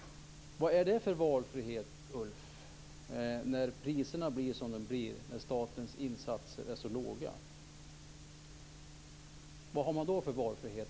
Vad är det för valfrihet, Ulf Björklund, när priserna blir som de blir när statens insatser är så små? Vad har man då för valfrihet?